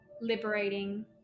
liberating